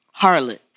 harlot